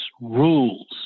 Rules